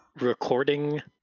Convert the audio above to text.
recording